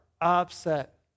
upset